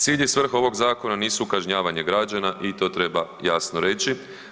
Cilj i svrha ovog zakona nisu kažnjavanje građana i to treba jasno reći.